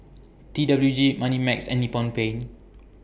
T W G Moneymax and Nippon Paint